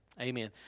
Amen